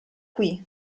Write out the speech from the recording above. qui